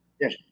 yes